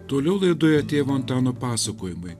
toliau laidoje tėvo antano pasakojimai